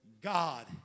god